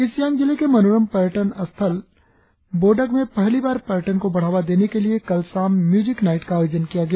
east Siang जिले के मनोरम पर्यटन स्थल बोडक में पहली बार पर्यटन को बढ़ावा देने के लिए कल शाम म्यूजिक नाईट का आयोजन किया गया